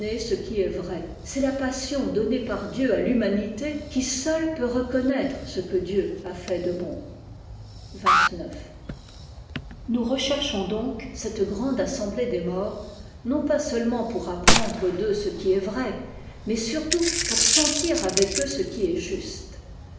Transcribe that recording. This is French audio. ce qui est vrai c'est la passion donnée par dieu à l'humanité qui seule peut reconnaître ce que dieu a fait de bon g nous recherchons donc cette grande assemblée des morts non pas seulement pour apprendre d'eux ce qui est vrai mais surtout pour sentir avec eux ce qui est juste